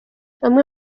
amwe